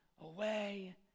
away